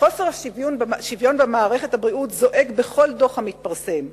חוסר השוויון במערכת הבריאות זועק בכל דוח המתפרסם.